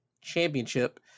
Championship